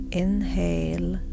inhale